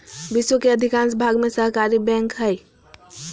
विश्व के अधिकांश भाग में सहकारी बैंक हइ